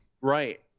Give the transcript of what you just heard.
Right